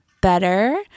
better